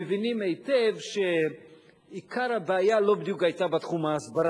מבינים היטב שעיקר הבעיה לא בדיוק היתה בתחום ההסברתי,